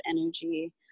energy